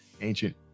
ancient